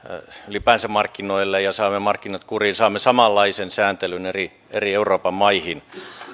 ylipäänsä markkinoille ja saamme markkinat kuriin saamme samanlaisen sääntelyn eri eri euroopan maihin nämä